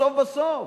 בסוף-בסוף.